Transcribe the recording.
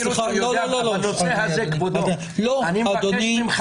לא, אדוני.